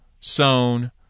sown